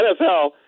NFL